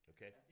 Okay